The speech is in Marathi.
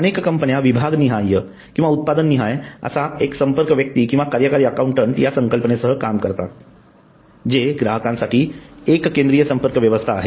अनेक कंपन्या विभाग निहाय किंवा उत्पादन निहाय एक संपर्क व्यक्ती किंवा कार्यकारी अकाउंटंट या संकल्पनेसह काम करतात जे कि ग्राहकांसाठी एक केंद्रीय संपर्क व्यवस्था आहे